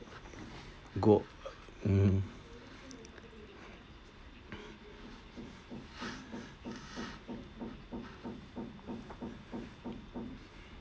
go mm